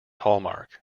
hallmark